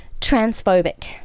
transphobic